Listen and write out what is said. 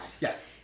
yes